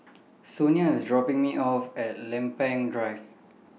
Sonia IS dropping Me off At Lempeng Drive